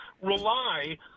rely